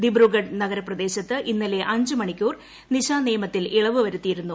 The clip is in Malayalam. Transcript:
ദിബ്രുഗഡ് നഗരപ്രദേശത്ത് ഇന്നലെ അഞ്ച് മണിക്കൂർ നിശാനിയമത്തിൽ ഇളവ് വരുത്തിയിരുന്നു